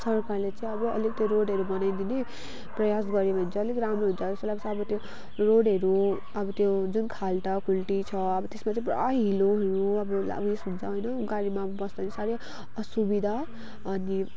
सरकारले चाहिँ अब अलिकति रोडहरू बनाइदिने प्रयास गऱ्यो भने चाहिँ अलिक राम्रो हुन्छ जस्तो लाग्छ अब त्यो रोडहरू अब त्यो जुन खाल्डा खुल्डी छ त्यसमा चाहिँ अब पुरा हिलो हुन्छ होइन अब गाडीमा बस्दाखेरि साह्रै असुविधा अनि